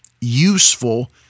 useful